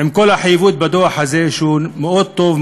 עם כל החיוביות בדוח הזה שהוא מאוד טוב,